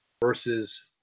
versus